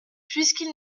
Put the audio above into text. puisqu’il